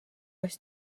oes